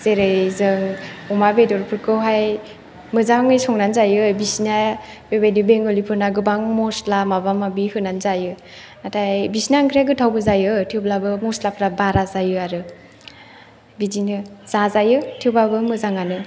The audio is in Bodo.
जोरै जों अमा बेदरफोरखौहाय मोजाङै संनानै जायो बिसिना बे बायदि बेंगलिफोरना गोबां मस्ला माबा माबि होनानै जायो नाथाय बिसिना ओंख्रिआ गोथावबो जायो थेवब्लाबो मस्लाफ्रा बारा जायो आरो बिदिनो जाजायो थेवबाबो मोजांआनो